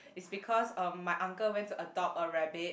is because um my uncle went to adopt a rabbit